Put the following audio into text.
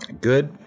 good